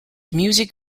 music